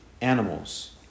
animals